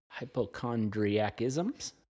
Hypochondriacisms